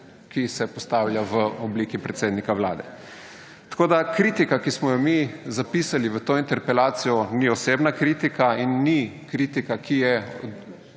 ki se postavlja v obliki predsednika Vlade. Kritika, ki smo jo mi zapisali v to interpelacijo, ni osebna kritika in ni kritika, ki je